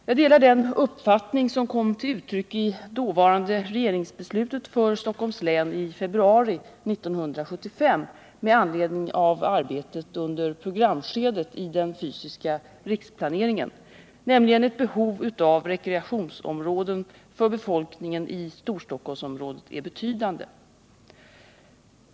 Jag delar den uppfattning som kom till uttryck i dåvarande regeringsbeslut för Stockholms län i februari 1975 med anledning av arbetet under programskedet i den fysiska riksplaneringen, nämligen att behovet av rekreationsområden för befolkningen i Storstockholmsområdet är betydande.